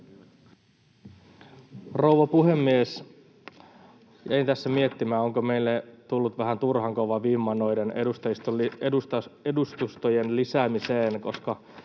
Rouva puhemies! Jäin tässä miettimään, onko meille tullut vähän turhan kova vimma edustustojen lisäämiseen, koska